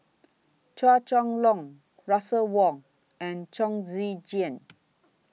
Chua Chong Long Russel Wong and Chong Tze Chien